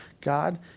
God